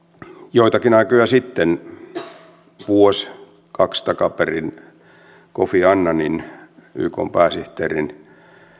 joitakin aikoja sitten vuosi kaksi takaperin kofi annanin ykn pääsihteerin